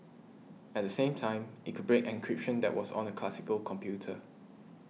at the same time it could break encryption that was on a classical computer